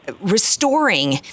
restoring